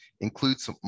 includes